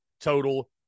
total